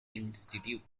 institute